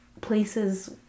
places